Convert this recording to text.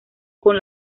con